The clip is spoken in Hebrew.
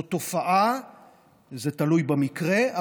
זה תלוי במקרה,